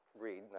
read